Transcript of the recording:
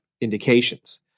indications